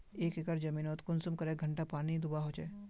एक एकर जमीन नोत कुंसम करे घंटा पानी दुबा होचए?